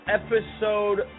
Episode